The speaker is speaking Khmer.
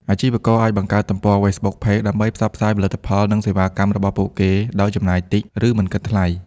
អាជីវករអាច បង្កើតទំព័រ Facebook (Facebook Page) ដើម្បីផ្សព្វផ្សាយផលិតផល និងសេវាកម្មរបស់ពួកគេដោយ ចំណាយតិច ឬមិនគិតថ្លៃ។